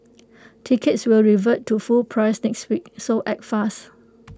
tickets will revert to full price next week so act fast